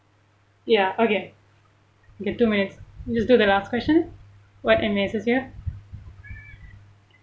ya okay okay two minutes you just do the last question what amazes you